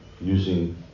using